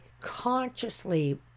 consciously